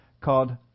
called